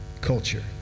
culture